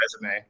resume